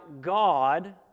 God